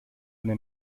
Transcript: eine